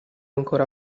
ancora